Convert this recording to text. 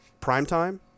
primetime